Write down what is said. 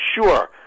sure